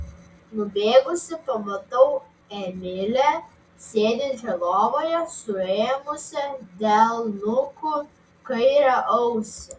nubėgusi pamatau emilę sėdinčią lovoje suėmusią delnuku kairę ausį